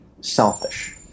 selfish